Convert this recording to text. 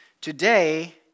Today